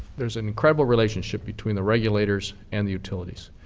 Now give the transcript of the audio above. there's an incredible relationship between the regulators and the utilities.